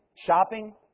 Shopping